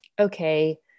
okay